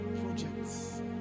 projects